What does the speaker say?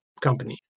company